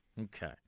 Okay